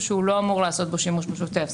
שהוא לא אמור לעשות בו שימוש בשוטף.